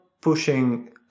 pushing